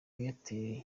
airtel